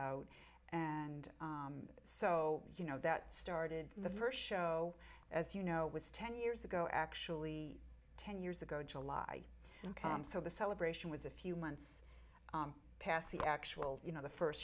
out and so you know that started the first show as you know was ten years ago actually ten years ago july and calm so the celebration was a few months past the actual you know the first